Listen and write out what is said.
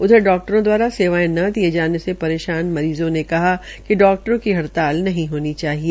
उधर डाक्टरों द्वारा सेवाये न दिये जाने से परेशान मरीजो ने कहा कि डाक्टों की हड़ताल नहीं होनी चाहिए